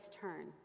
turn